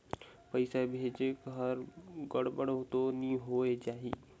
पइसा भेजेक हर गड़बड़ तो नि होए जाही?